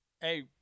Hey